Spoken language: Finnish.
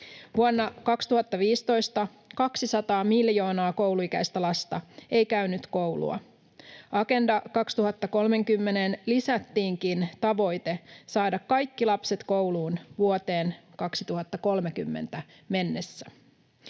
200 miljoonaa kouluikäistä lasta ei käynyt koulua vuonna 2015. Agenda 2030:een lisättiinkin tavoite saada kaikki lapset kouluun vuoteen 2030 mennessä.